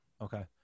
Okay